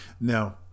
now